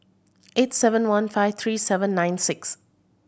eight seven one five three seven nine six